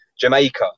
Jamaica